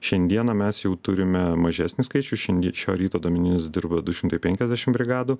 šiandieną mes jau turime mažesnį skaičių šiandie šio ryto duomenimis dirba du šimtai penkiasdešim brigadų